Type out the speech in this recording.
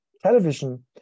television